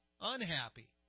unhappy